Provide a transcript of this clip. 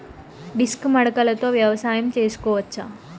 Disc మడకలతో వ్యవసాయం చేసుకోవచ్చా??